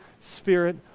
Spirit